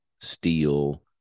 steel